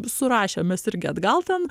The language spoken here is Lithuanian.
surašėm mes irgi atgal ten